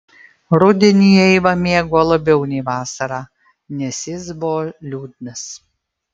rudenį eiva mėgo labiau nei vasarą nes jis buvo liūdnas